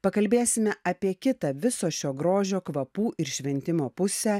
pakalbėsime apie kitą viso šio grožio kvapų ir šventimo pusę